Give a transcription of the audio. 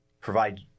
provide